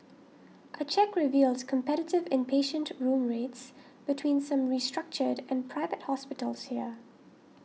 a check revealed competitive inpatient room rates between some restructured and Private Hospitals here